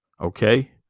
Okay